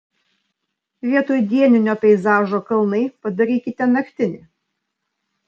vietoj dieninio peizažo kalnai padarykite naktinį